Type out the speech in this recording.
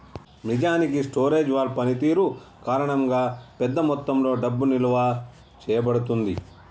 నిజానికి storage wall పనితీరు కారణంగా పెద్ద మొత్తంలో డబ్బు నిలువ చేయబడుతుంది